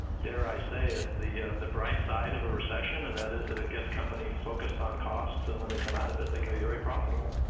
dare i say it, the ah the bright side of a recession and that is that it gets companies focused on costs, and when they come out of it they can be very profitable.